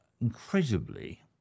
incredibly